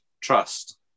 trust